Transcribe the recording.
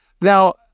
Now